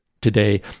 today